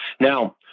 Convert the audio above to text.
Now